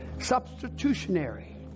substitutionary